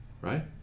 right